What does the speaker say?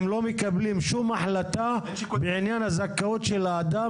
הם לא יקבלו שום החלטה בעניין הזכאות של האדם